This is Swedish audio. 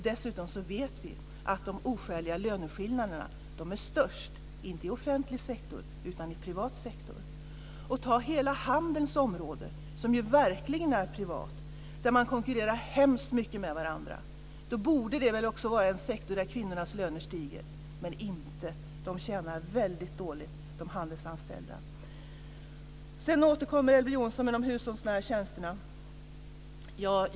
Dessutom vet vi att de oskäliga löneskillnaderna är störst, inte i offentlig sektor utan i privat sektor. Som exempel kan jag nämna handelns område som ju verkligen är privat. Där konkurrerar man hemskt mycket med varandra. Då borde det också vara en sektor där kvinnornas löner stiger, men inte. De handelsanställda tjänar väldigt dåligt. Sedan återkommer Elver Jonsson till de hushållsnära tjänsterna.